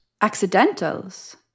Accidentals